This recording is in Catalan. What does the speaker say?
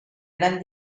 gran